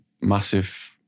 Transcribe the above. massive